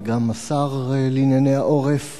וגם השר לענייני העורף